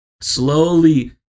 slowly